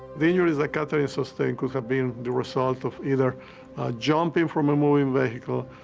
the injuries that katherine sustained could have been the result of either jumping from a moving vehicle,